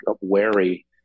wary